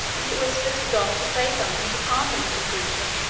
and it whispered to dot to say something to calm the little creature.